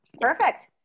Perfect